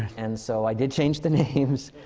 and so, i did change the names.